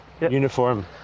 uniform